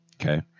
Okay